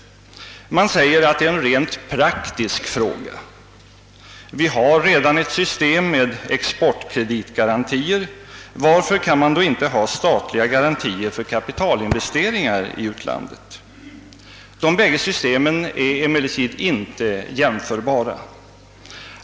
Man säger att det är en rent praktisk fråga. Vi har:redan ett system med exportkreditgarantier. Varför kan man då inte ha statliga garantier för kapitalinvesteringar.i utlandet? De bägge systemen är emellertid inte jämförbara.